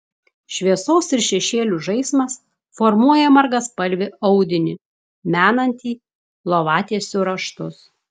šviesos ir šešėlių žaismas formuoja margaspalvį audinį menantį lovatiesių raštus